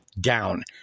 down